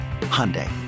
Hyundai